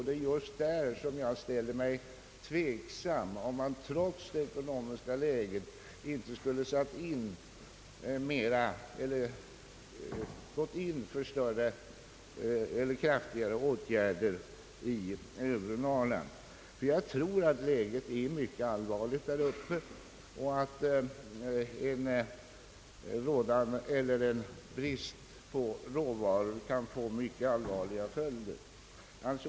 Det är just där som jag ställer mig tveksam om huruvida man inte trots det ekonomiska läget skulle ha gått in för större och kraftigare åtgärder. Jag tror nämligen att läget är mycket allvarligt där uppe och att en brist på råvaror kan få mycket allvarliga följder.